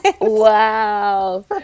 Wow